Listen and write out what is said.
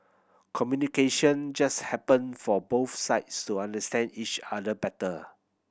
communication just happen for both sides to understand each other better